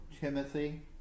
Timothy